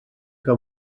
que